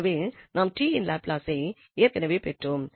எனவே நாம் t இன் லாப்லாஸை ஏற்கனவே பெற்றோம்